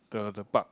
the the park